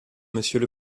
monsieur